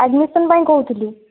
admission ପାଇଁ କହୁଥିଲି